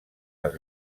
els